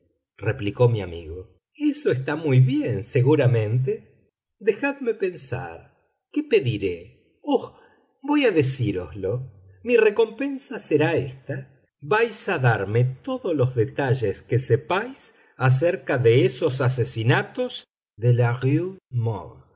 replicó mi amigo eso está muy bien seguramente dejadme pensar qué pediré oh voy a decíroslo mi recompensa será ésta vais a darme todos los detalles que sepáis acerca de esos asesinatos de la